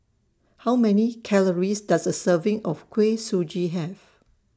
How Many Calories Does A Serving of Kuih Suji Have